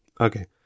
Okay